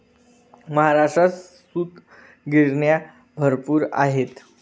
महाराष्ट्रात सूतगिरण्या भरपूर आहेत